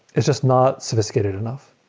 it's just not sophisticated enough.